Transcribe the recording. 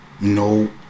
no